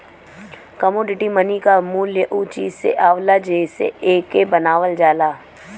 commodity money क मूल्य उ चीज से आवला जेसे एके बनावल जाला